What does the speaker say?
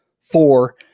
Four